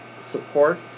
support